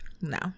No